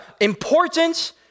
important